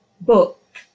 book